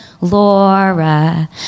Laura